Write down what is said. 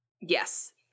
Yes